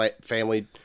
family